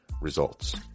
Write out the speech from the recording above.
results